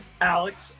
Alex